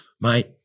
mate